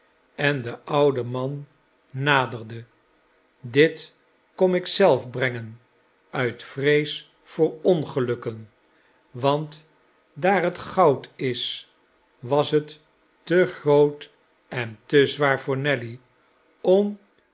en den ouden man naderde dit kom ik zelf brengen uit vrees voor ongelukken want daar het goud is was het te groot en te zwaar voor nelly om